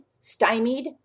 Stymied